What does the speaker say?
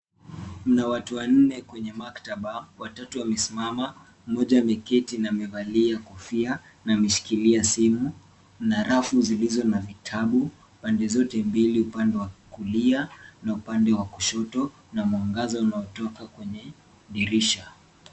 Kuna watu wanne kwenye maktaba, watatu wamesimama, mmoja ameketi na amevalia kofia na ameshikilia simu. Kuna rafu zilizo na vitabu pande zote mbili upande wa kulia na upande wa kushoto na mwangaza unaotoka kwenye dirisha.